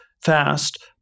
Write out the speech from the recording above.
fast